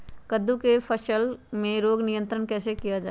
कददु की फसल में रोग नियंत्रण कैसे किया जाए?